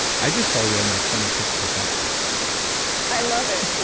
i just celebrated my twenty six percent birthday i love it. it.